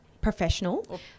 professional